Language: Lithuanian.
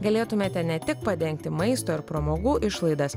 galėtumėte ne tik padengti maisto ir pramogų išlaidas